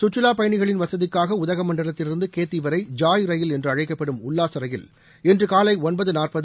சுற்றுலா பயணிகளின் வசதிக்காக உதகமண்டலத்திலிருந்து கேத்தி வரை ஜாய் ரயில் என்று அழைக்கப்படும் உல்லார ரயில் இன்று காலை ஒன்பது நாற்பது